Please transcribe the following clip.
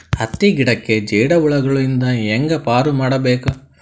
ಹತ್ತಿ ಗಿಡಕ್ಕೆ ಜೇಡ ಹುಳಗಳು ಇಂದ ಹ್ಯಾಂಗ್ ಪಾರ್ ಮಾಡಬೇಕು?